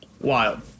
wild